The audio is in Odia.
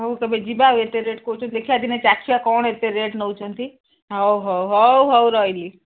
ହଉ ତୁମେ ଯିବା ଆଉ ଏତେ ରେଟ୍ କହୁଛନ୍ତି ଦେଖିବା ଦିନେ ଚାଖିବା କ'ଣ ଏତେ ରେଟ୍ ନଉଛନ୍ତି ହଉ ହଉ ହଉ ହଉ ରହିଲି